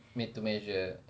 made to measure